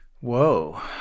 Whoa